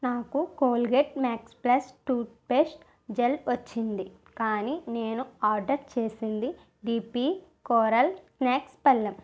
నాకు Colgate max plus toothpaste gel వచ్చింది కానీ నేను ఆర్డర్ చేసింది డిపి కోరల్ స్నాక్స పళ్ళెం